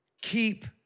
Keep